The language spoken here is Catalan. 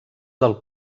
del